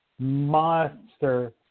monster